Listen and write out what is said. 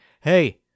hey